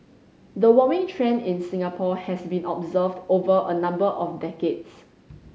the warming trend in Singapore has been observed over a number of decades